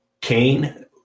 Cain